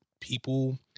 people